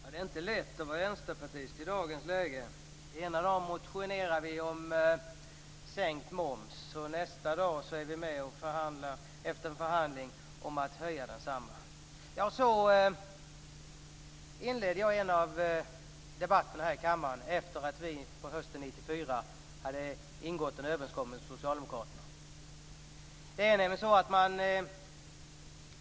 Herr talman! Det är inte lätt att vara vänsterpartist i dagens läge. Ena dagen väcker vi motioner om att sänka momsen, nästa dag förhandlar vi om att höja densamma. Så inledde jag en debatt i kammaren efter det att vi hösten 1994 hade ingått en överenskommelse med Socialdemokraterna.